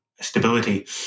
stability